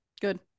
good